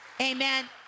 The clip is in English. Amen